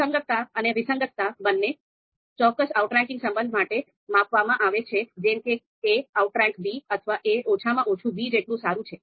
સુસંગતતા અને વિસંગતતા બંને ચોક્કસ આઉટરેંકિંગ સંબંધ માટે માપવામાં આવે છે જેમ કે a આઉટરેંક b અથવા a ઓછામાં ઓછું b જેટલું સારું છે